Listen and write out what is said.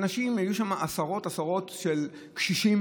היו שם עשרות, עשרות קשישים